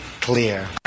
clear